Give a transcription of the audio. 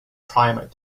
primate